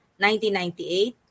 1998